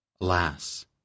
Alas